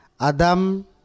Adam